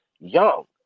young